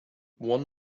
one